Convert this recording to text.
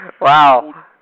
Wow